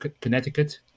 Connecticut